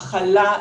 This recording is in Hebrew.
הכלה,